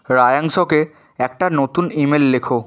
রায়াংশকে একটা নতুন ইমেল লেখো